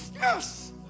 yes